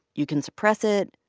you can suppress it,